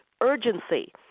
urgency